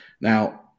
Now